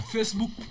Facebook